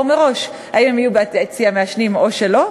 מראש אם יהיו ביציע מעשנים או לא,